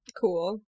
Cool